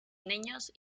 niños